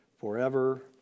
forever